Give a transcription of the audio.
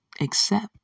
accept